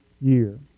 year